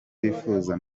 bifuza